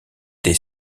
des